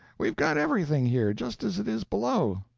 we've got everything here, just as it is below.